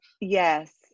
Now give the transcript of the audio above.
yes